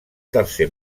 tercer